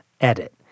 edit